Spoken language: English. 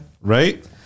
right